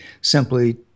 simply